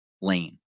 lane